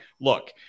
look